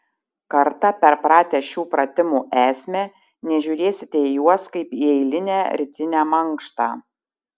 kartą perpratę šių pratimų esmę nežiūrėsite į juos kaip į eilinę rytinę mankštą